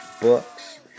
books